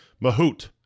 Mahout